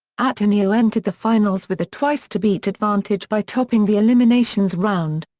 ateneo entered the finals with a twice to beat advantage by topping the eliminations round.